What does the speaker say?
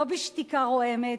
לא בשתיקה רועמת,